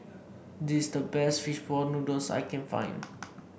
this is the best fish ball noodles I can find